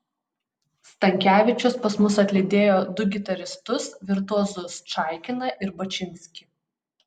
stankevičius pas mus atlydėjo du gitaristus virtuozus čaikiną ir bačinskį